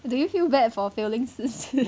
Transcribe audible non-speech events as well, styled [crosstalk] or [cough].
do you feel bad for failing 四次 [laughs]